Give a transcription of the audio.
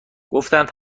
گفتند